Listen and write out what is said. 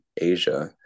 Asia